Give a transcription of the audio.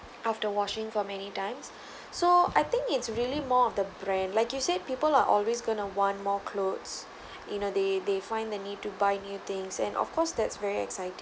after washing for many times so I think it's really more of the brand like you said people are always going to want more clothes you know they they find the need to buy new things and of course that's very exciting